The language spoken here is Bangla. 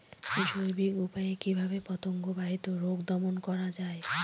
জৈবিক উপায়ে কিভাবে পতঙ্গ বাহিত রোগ দমন করা যায়?